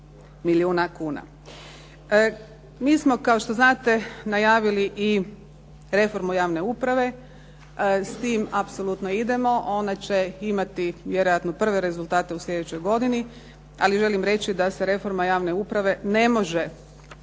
milijuna kuna. Mi smo, kao što znate, najavili i reformu javne uprave. S tim apsolutno idemo. Ona će imati vjerojatno prve rezultate u slijedećoj godini. Ali želim reći da se reforma javne uprave ne može